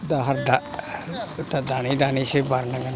दाहार दानै दानैसो बारनांगोन